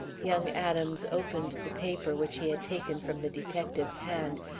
young adams opened the paper which he had taken from the detective's hand,